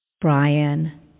Brian